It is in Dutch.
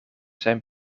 zijn